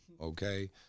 okay